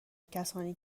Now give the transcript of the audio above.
کسانی